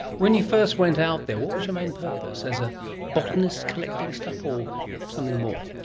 when you first went out there, what was your main purpose? as a botanist collecting stuff, or something more?